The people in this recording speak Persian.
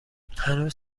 هنوز